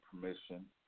permission